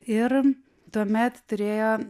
ir tuomet turėjo